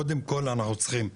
קודם כל, אנחנו צריכים שטח,